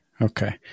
Okay